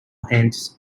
hands